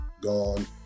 gone